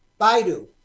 Baidu